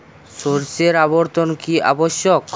শস্যের আবর্তন কী আবশ্যক?